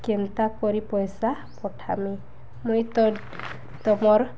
କେନ୍ତା କରି ପଇସା ପଠାମି ମୁଇଁ ତ ତମର୍